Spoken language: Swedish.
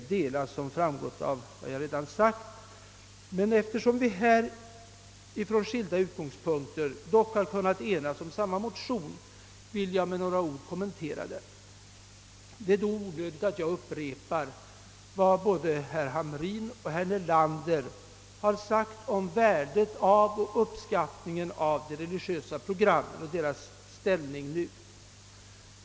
Den uppfattningen kan jag, som framgått av vad jag redan sagt, inte dela. Men eftersom vi med våra skilda utgångspunkter kunnat enas om samma motion vill jag med några ord kommentera den. Det är då onödigt att upprepa vad herr Hamrin i Jönköping och herr Nelander sagt om värdet och uppskattningen av de religiösa programmen och om deras ställning i dag.